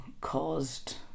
caused